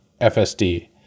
FSD